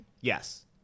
Yes